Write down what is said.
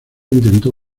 intentó